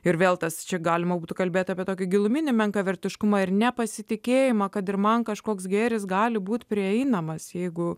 ir vėl tas čia galima būtų kalbėti apie tokį giluminį menkavertiškumą ir nepasitikėjimą kad ir man kažkoks gėris gali būti prieinamas jeigu